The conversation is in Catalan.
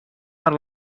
per